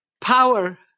power